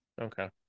Okay